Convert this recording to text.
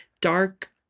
dark